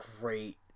great